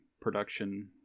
production